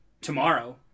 tomorrow